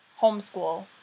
homeschool